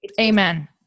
Amen